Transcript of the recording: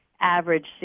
average